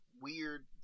weird